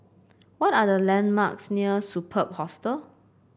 what are the landmarks near Superb Hostel